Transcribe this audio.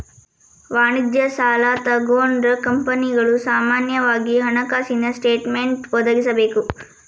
ವಾಣಿಜ್ಯ ಸಾಲಾ ತಗೊಂಡ್ರ ಕಂಪನಿಗಳು ಸಾಮಾನ್ಯವಾಗಿ ಹಣಕಾಸಿನ ಸ್ಟೇಟ್ಮೆನ್ಟ್ ಒದಗಿಸಬೇಕ